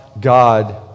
God